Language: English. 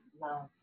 love